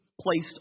placed